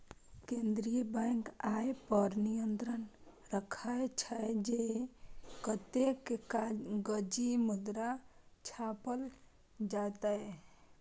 केंद्रीय बैंक अय पर नियंत्रण राखै छै, जे कतेक कागजी मुद्रा छापल जेतै